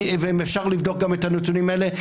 ואפשר לבדוק גם את הנתונים האלה,